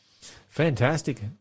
Fantastic